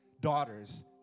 daughters